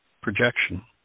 projection